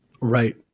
Right